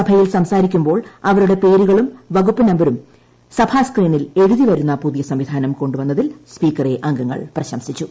സഭയിൽ സംസാരിക്കുമ്പോൾ അവരുടെ പേരുകളും വകുപ്പു നമ്പരും സഭാ സ്ക്രീനിൽ എഴുതി വരുന്ന പുതിയ സംവിധാനം കൊണ്ടുവന്നതിൽ സ്പീക്കറെ അംഗങ്ങൾ പ്രശംസിച്ചു